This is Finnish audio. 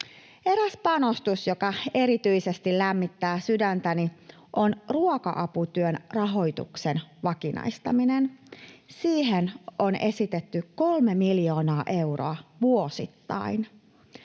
Eräs panostus, joka erityisesti lämmittää sydäntäni, on ruoka-aputyön rahoituksen vakinaistaminen. Siihen on esitetty 3 miljoonaa euroa vuosittain.